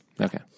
Okay